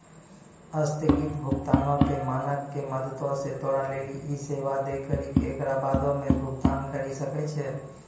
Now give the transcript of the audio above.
अस्थगित भुगतानो के मानक के मदतो से तोरा लेली इ सेबा दै करि के एकरा बादो मे भुगतान करि सकै छै